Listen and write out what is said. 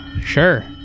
Sure